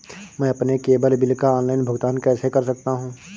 मैं अपने cable bill का ऑनलाइन भुगतान कैसे कर सकता हूं?